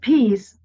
Peace